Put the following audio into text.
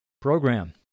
program